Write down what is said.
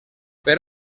per